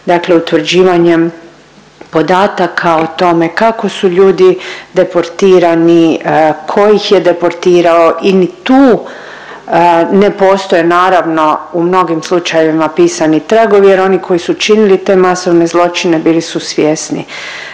dakle utvrđivanjem podataka o tome kako su ljudi deportirani, tko ih je deportirao i ni tu ne postoje naravno u mnogim slučajevima pisani tragovi jer oni koji su činili te masovne zločine bili su svjesni